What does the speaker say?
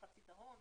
מחצית ההון,